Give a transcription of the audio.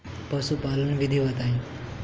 पशुपालन विधि बताई?